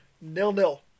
nil-nil